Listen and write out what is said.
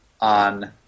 on